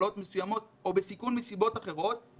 במחלות מסוימות או בסיכון מסיבות אחרות,